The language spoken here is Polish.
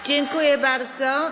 Dziękuję bardzo.